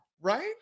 Right